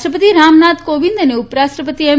રાષ્ટ્રપતિ રામનાથ કોવિંદ ઉપરાષ્ટ્રપતિ એમ